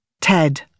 Ted